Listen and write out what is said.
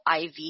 IV